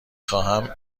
خواهم